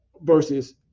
versus